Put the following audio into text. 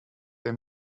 they